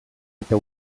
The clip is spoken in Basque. eta